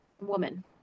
woman